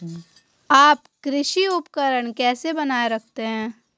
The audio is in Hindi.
आप कृषि उपकरण कैसे बनाए रखते हैं?